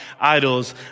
idols